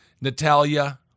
Natalia